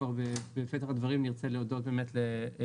כבר בפתח הדברים נרצה להודות לייעוץ